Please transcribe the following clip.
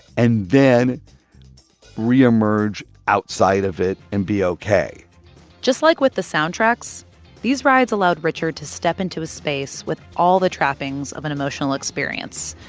and then reemerge outside of it and be ok just like with the soundtracks these rides allowed richard to step into a space with all the trappings of an emotional experience.